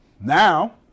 Now